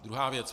Druhá věc.